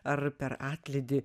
ar per atlydį